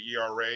ERA